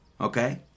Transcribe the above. okay